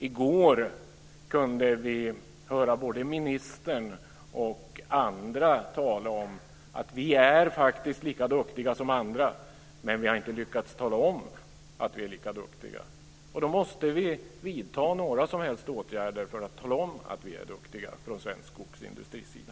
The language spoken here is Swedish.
I går kunde vi höra både ministern och andra tala om att vi är lika duktiga som andra. Men vi har inte lyckats tala om att vi är lika duktiga. Då måste vi vidta åtgärder för att tala om att vi är duktiga från svensk skogsindustris sida.